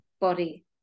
body